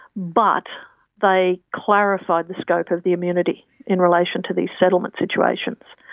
but they clarified the scope of the immunity in relation to these settlement situations.